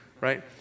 right